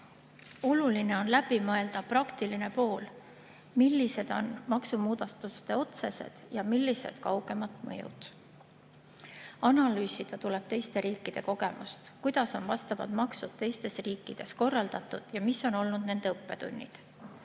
Oluline on läbi mõelda praktiline pool: millised on maksumuudatuste otsesed ja millised kaugemad mõjud. Analüüsida tuleb teiste riikide kogemust, kuidas on vastavad maksud teistes riikides korraldatud ja mis on olnud nende õppetunnid.